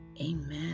Amen